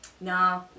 Nah